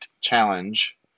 Challenge